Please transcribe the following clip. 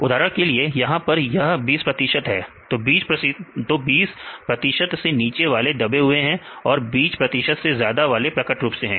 उदाहरण के लिए यहां पर यह यह 20 प्रतिशत है तो 20 प्रतिशत से नीचे वाले दबे हुए और 20 प्रतिशत से ज्यादा वाले प्रकट रूप से हैं